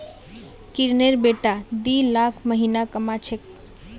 किरनेर बेटा दी लाख महीना कमा छेक